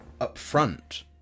upfront